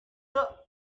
the